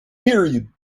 period